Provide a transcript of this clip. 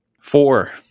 Four